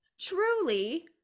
truly